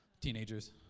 Teenagers